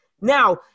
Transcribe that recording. Now